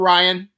Ryan